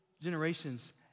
generations